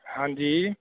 ਹਾਂਜੀ